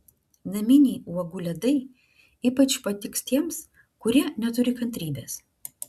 naminiai uogų ledai ypač patiks tiems kurie neturi kantrybės